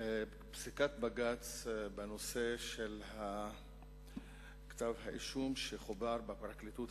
פסיקת בג"ץ בנושא כתב האישום שחובר בפרקליטות